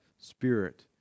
Spirit